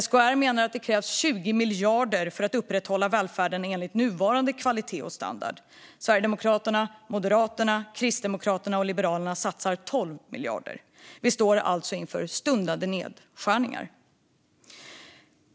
SKR menar att det krävs 20 miljarder för att upprätthålla nuvarande kvalitet och standard på välfärden, men Sverigedemokraterna, Moderaterna, Kristdemokraterna och Liberalerna satsar 12 miljarder. Vi står alltså inför stundande nedskärningar.